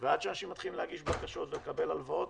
ועד שאנשים מתחילים להגיש בקשות ולקבל הלוואות,